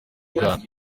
bwana